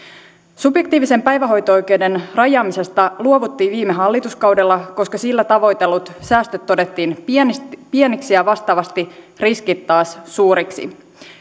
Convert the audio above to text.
subjektiivisen päivähoito oikeuden rajaamisesta luovuttiin viime hallituskaudella koska sillä tavoitellut säästöt todettiin pieniksi pieniksi ja vastaavasti riskit taas suuriksi